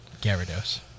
Gyarados